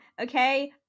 okay